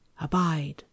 Abide